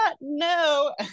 no